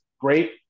great